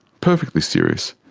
perfectly serious.